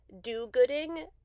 do-gooding